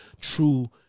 true